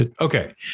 Okay